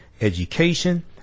education